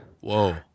Whoa